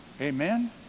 Amen